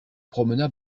promena